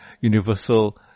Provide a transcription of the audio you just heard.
Universal